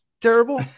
terrible